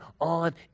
on